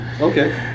Okay